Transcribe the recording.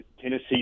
Tennessee